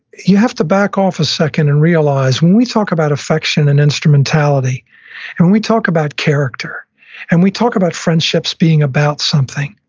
you have to back off a second and realize when we talk about affection and instrumentality and we talk about character and we talk about friendships being about something,